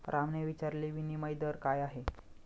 रामने विचारले, विनिमय दर काय आहे?